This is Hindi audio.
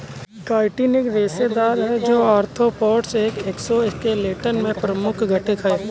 काइटिन एक रेशेदार है, जो आर्थ्रोपोड्स के एक्सोस्केलेटन में प्रमुख घटक है